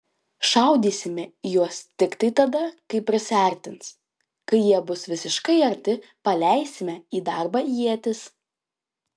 šaudysime į juos tiktai tada kai prisiartins kai jie bus visiškai arti paleisime į darbą ietis